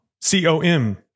C-O-M